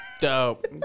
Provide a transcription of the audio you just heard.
Dope